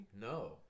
No